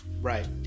right